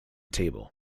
table